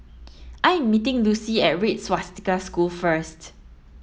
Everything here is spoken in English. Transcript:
I am meeting Lucy at Red Swastika School first